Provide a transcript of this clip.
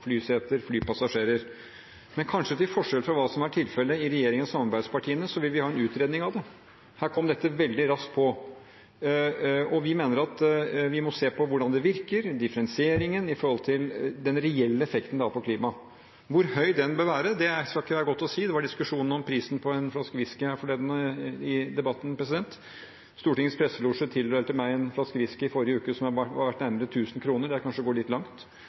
flyseter, flypassasjerer. Men kanskje til forskjell fra det som var tilfellet i regjeringen og i samarbeidspartiene, vil vi ha en utredning av det. Her kom dette veldig raskt på. Og vi mener at vi må se på hvordan det virker – differensieringen i forhold til den reelle effekten det har på klimaet. Hvor høy den bør være, er ikke godt å si. Det var diskusjon om prisen på en flaske whisky i debatten her forleden. Stortingets presselosje tildelte meg en flaske whisky i forrige uke som må være verdt nærmere 1 000 kr – det er kanskje å gå litt langt.